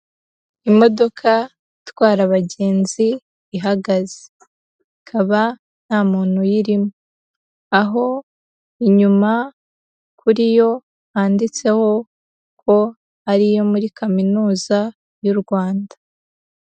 Imodoka itwara abagenzi ihagaze, ikaba nta muntu uyirimo, aho inyuma kuri yo handitseho ko ari iyo muri Kaminuza y'u Rwanda.